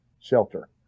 shelter